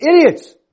idiots